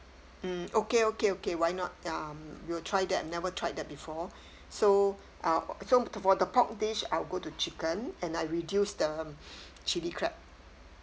mm okay okay okay why not ya we'll try that never tried that before so I'll or~ so for the pork dish I'll go to chicken and I reduce the um chilli crab